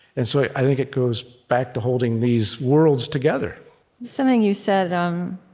and so i think it goes back to holding these worlds together something you said um